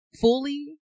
fully